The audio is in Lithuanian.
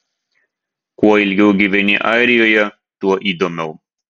kuo ilgiau gyveni airijoje tuo įdomiau